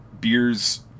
beers